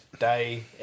day